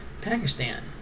Pakistan